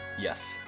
yes